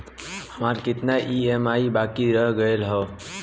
हमार कितना ई ई.एम.आई बाकी रह गइल हौ?